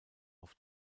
auf